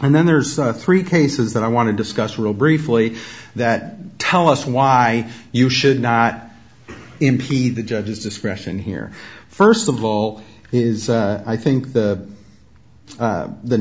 and then there's three cases that i want to discuss real briefly that tell us why you should not impede the judge's discretion here first of all is i think the